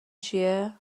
چیه